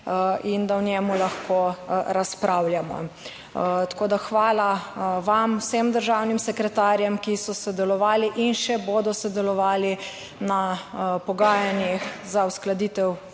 in da o njem lahko razpravljamo. Tako da, hvala vam, vsem državnim sekretarjem, ki so sodelovali in še bodo sodelovali na pogajanjih za uskladitev